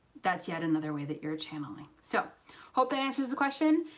that's yet another way that you're channeling. so hope that answers the question,